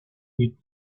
beat